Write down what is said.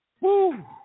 Woo